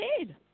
indeed